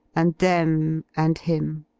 and them and him,